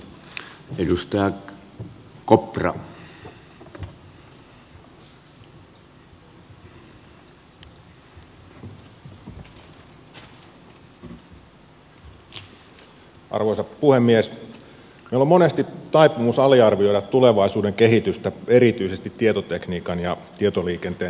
meillä on monesti taipumus aliarvioida tulevaisuuden kehitystä erityisesti tietotekniikkaan ja tietoliikenteeseen liittyen